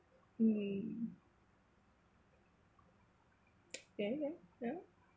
mm ya ya ya